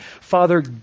Father